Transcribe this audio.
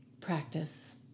practice